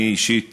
אני אישית